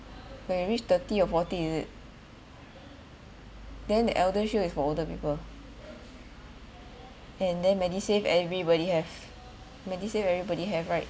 when you reach thirty or forty is it then the eldershield is for older people and then medisave everybody have medisave everybody have right